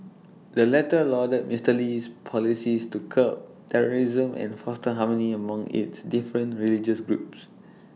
the latter lauded Mister Lee's policies to curb terrorism and foster harmony among its different religious groups